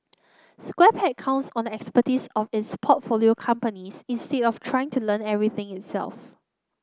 Square Peg counts on the expertise of its portfolio companies instead of trying to learn everything itself